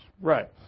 right